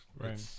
right